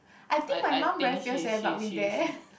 I I think she she she she